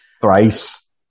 Thrice